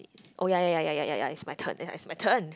oh ya ya ya ya ya ya ya it's my turn ya it's my turn